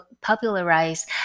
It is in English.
popularize